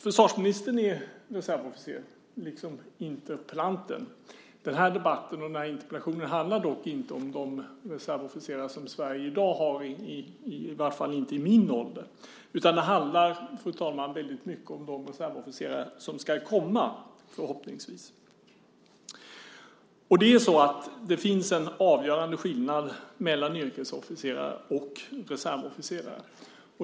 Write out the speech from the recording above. Försvarsministern är ju reservofficer, liksom interpellanten. Den här debatten och interpellationen handlar dock inte om de reservofficerare som Sverige har i dag, i vart fall inte i min ålder, utan det handlar, fru talman, väldigt mycket om de reservofficerare som ska komma, förhoppningsvis. Det finns en avgörande skillnad mellan yrkesofficerare och reservofficerare.